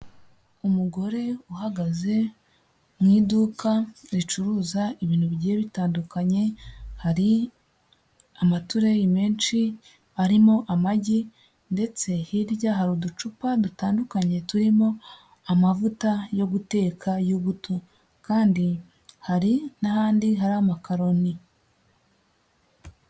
Umugore uhagaze mu iduka ricuruza ibintu bigiye bitandukanye, hari amatureyi menshi arimo amagi ndetse hirya hari uducupa dutandukanye turimo amavuta yo guteka y'ubuto kandi hari n'ahandi hari amakaroni.